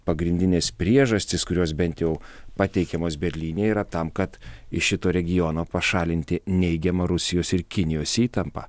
pagrindinės priežastys kurios bent jau pateikiamos berlyne yra tam kad iš šito regiono pašalinti neigiamą rusijos ir kinijos įtampą